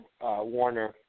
Warner